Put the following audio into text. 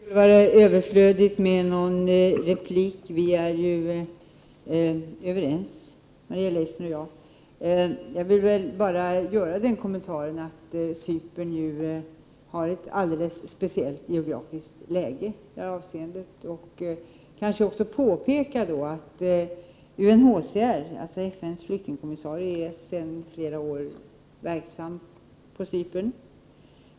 Herr talman! Det kanske är överflödigt med en kommentar. Vi är ju överens Maria Leissner och jag. Jag vill bara tillägga att Cypern har ett alldeles speciellt geografiskt läge. UNHCR — FN:s flyktingkommissariat — är sedan flera år tillbaka verksamt på Cypern.